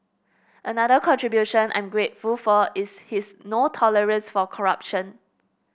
another contribution I'm grateful for is his no tolerance for corruption